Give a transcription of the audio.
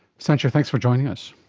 sanchia, thanks for joining us.